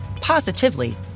positively